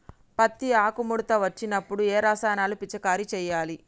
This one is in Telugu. పత్తి ఆకు ముడత వచ్చినప్పుడు ఏ రసాయనాలు పిచికారీ చేయాలి?